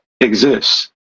exists